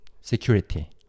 security